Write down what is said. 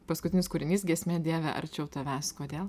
paskutinis kūrinys giesmė dieve arčiau tavęs kodėl